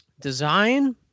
Design